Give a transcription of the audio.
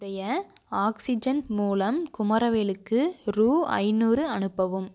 என்னுடைய ஆக்ஸிஜன் மூலம் குமரவேலுக்கு ரூ ஐந்நூறு அனுப்பவும்